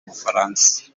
bufaransa